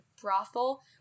brothel